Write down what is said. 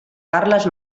carles